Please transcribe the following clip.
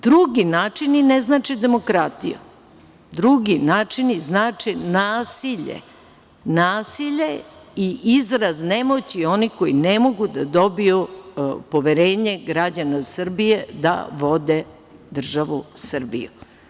Drugi načini ne znače demokratiju, drugi načini znače nasilje, nasilje i izraz nemoći onih koji ne mogu da dobiju poverenje građana Srbije da vode državu Srbiju.